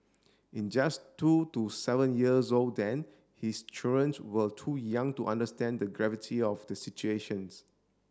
in just two to seven years old then his children were too young to understand the gravity of the situations